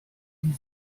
die